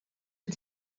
wyt